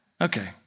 Okay